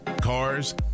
cars